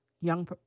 young